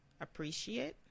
Appreciate